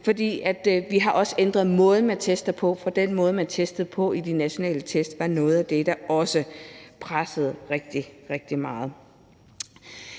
vi har også ændret måden, man tester på, for den måde, man testede på i de nationale test, var noget af det, der også pressede rigtig, rigtig